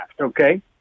okay